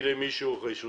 אף אחד לא מתייחס לזה.